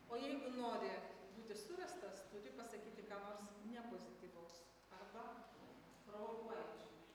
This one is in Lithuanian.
o jeigu nori būti surastas turi pasakyti ką nors nepozityvaus arba provokuojančio